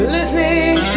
Listening